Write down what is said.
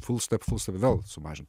full step full step vėl sumažinti